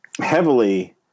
heavily